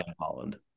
Holland